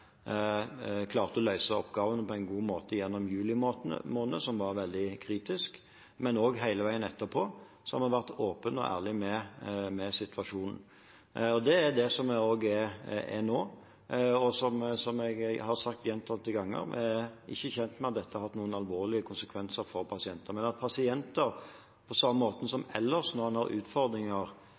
vi klarte å løse oppgavene på en god måte gjennom juli måned, som var veldig kritisk, og også hele veien etterpå – vi har vært åpne og ærlige om situasjonen. Det er jeg også nå, og som jeg har sagt gjentatte ganger, er vi ikke kjent med at dette har hatt noen alvorlige konsekvenser for pasientene. Men på samme måten som ellers når man har utfordringer